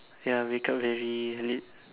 ya wake up very late